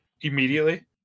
immediately